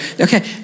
Okay